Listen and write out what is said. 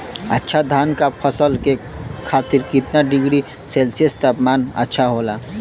अच्छा धान क फसल के खातीर कितना डिग्री सेल्सीयस तापमान अच्छा होला?